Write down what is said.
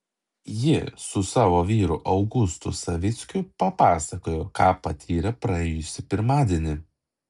ji su savo vyru augustu savickiu papasakojo ką patyrė praėjusį pirmadienį